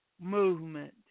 movement